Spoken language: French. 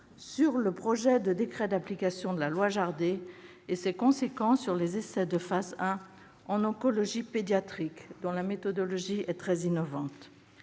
sur le projet de décret d'application de la loi Jardé et ses conséquences sur les essais de phase 1 en oncologie pédiatrique, dont la méthodologie est très innovante.